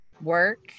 work